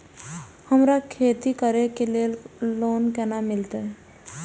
हमरा खेती करे के लिए लोन केना मिलते?